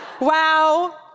wow